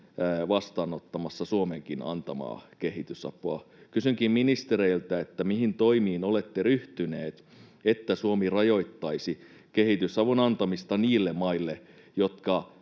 vastaanottamassa Suomenkin antamaa kehitysapua. Kysynkin ministereiltä: mihin toimiin olette ryhtyneet, että Suomi rajoittaisi kehitysavun antamista niille maille, jotka